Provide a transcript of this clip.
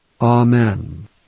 Amen